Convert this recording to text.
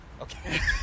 Okay